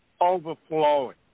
overflowing